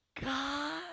God